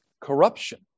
corruption